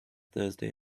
thursday